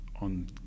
on